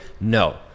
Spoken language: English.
No